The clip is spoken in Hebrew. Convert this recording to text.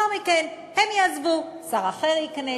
לאחר מכן הם יעזבו, שר אחר ייכנס.